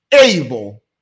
able